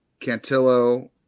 Cantillo